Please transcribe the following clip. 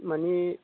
मानि